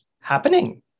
happening